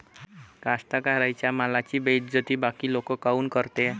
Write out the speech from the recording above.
कास्तकाराइच्या मालाची बेइज्जती बाकी लोक काऊन करते?